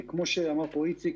כמו שאמר פה איציק,